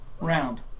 round